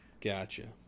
Gotcha